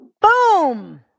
Boom